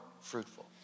fruitful